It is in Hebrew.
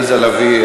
עליזה לביא,